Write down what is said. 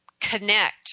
connect